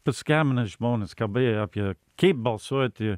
paskembina žmonės kalbėjo apie keip balsuoti